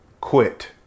quit